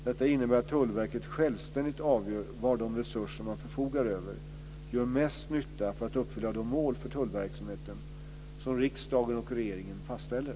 Detta innebär att Tullverket självständigt avgör var de resurser man förfogar över gör mest nytta för att uppfylla de mål för tullverksamheten som riksdagen och regeringen fastställer.